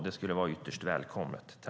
Det skulle vara ytterst välkommet.